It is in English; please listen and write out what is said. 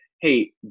hey